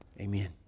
Amen